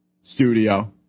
studio